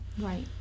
Right